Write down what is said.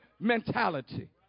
mentality